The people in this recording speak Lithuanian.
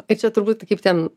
tai čia turbūt kaip ten